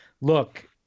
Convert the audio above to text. look